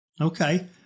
Okay